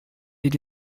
did